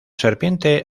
serpiente